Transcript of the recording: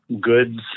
goods